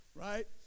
right